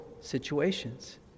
situations